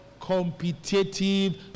competitive